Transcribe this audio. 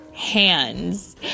hands